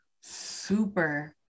super